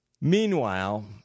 Meanwhile